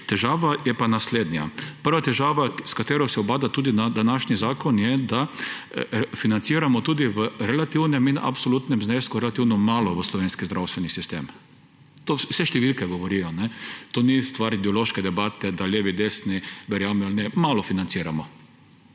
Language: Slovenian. Težava je pa naslednja. Prva težava, s katero se ubada tudi današnji zakon, je, da financiramo tudi v relativnem in absolutnem znesku relativno malo v slovenski zdravstveni sistem. O tem vse številke govorijo, to ni stvar ideološke debate, da levi in desni verjamemo ali ne. Malo financiramo.